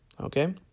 Okay